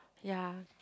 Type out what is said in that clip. yea